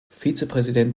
vizepräsident